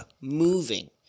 moving